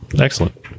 Excellent